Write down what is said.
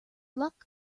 luck